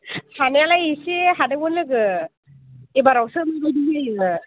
हानायालाय इसे हादोंमोन लोगो एबारावसो माबायदि जायो